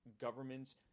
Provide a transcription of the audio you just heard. governments